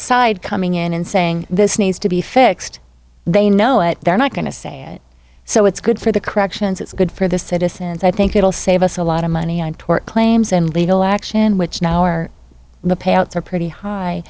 side coming in and saying this needs to be fixed they know it they're not going to say it so it's good for the corrections it's good for the citizens i think it'll save us a lot of money on tort claims and legal action which now are the payouts are pretty high